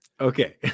Okay